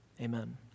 amen